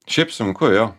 šiaip sunku jo